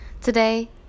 Today